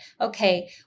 okay